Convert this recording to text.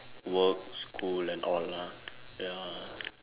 work school and all lah ya